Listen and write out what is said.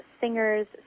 singers